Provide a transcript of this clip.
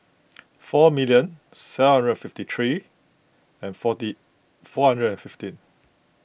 four million seven hundred fifty three and forty four hundred and fifteen